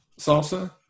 salsa